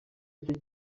nacyo